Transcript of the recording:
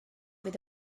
fydd